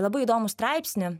labai įdomų straipsnį